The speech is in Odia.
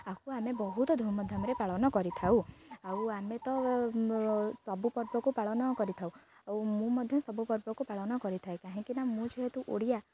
ଆକୁ ଆମେ ବହୁତ ଧୁମଧାମରେ ପାଳନ କରିଥାଉ ଆଉ ଆମେ ତ ସବୁ ପର୍ବକୁ ପାଳନ କରିଥାଉ ଆଉ ମୁଁ ମଧ୍ୟ ସବୁ ପର୍ବକୁ ପାଳନ କରିଥାଏ କାହିଁକି ନା ମୁଁ ଯେହେତୁ ଓଡ଼ିଆ